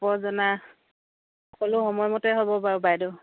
অঁ জনাই সকলো সময়মতে হ'ব বাৰু বাইদেউ